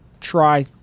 try